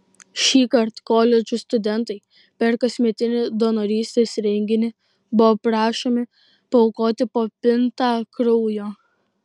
šįkart koledžų studentai per kasmetinį donorystės renginį buvo prašomi paaukoti po pintą kraujo